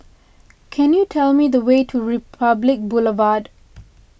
can you tell me the way to Republic Boulevard